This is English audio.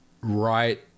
right